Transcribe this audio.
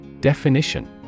Definition